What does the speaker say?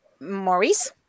Maurice